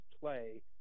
play